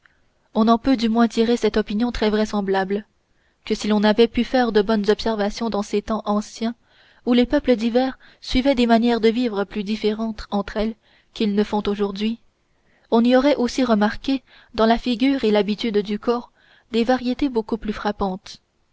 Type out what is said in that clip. on en peut du moins tirer cette opinion très vraisemblable que si l'on avait pu faire de bonnes observations dans ces temps anciens où les peuples divers suivaient des manières de vivre plus différentes entre elles qu'ils ne font aujourd'hui on y aurait aussi remarqué dans la figure et l'habitude du corps des variétés beaucoup plus frappantes